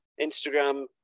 Instagram